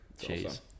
Cheese